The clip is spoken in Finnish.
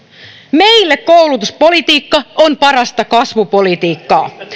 meille koulutuspolitiikka on parasta kasvupolitiikkaa